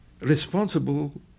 responsible